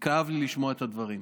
כאב לי לשמוע את הדברים.